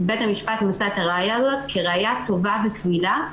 בית המשפט מצא את הראיה הזאת כראיה טובה וקבילה,